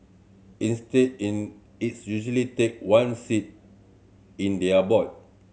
instead in its usually take one seat in their board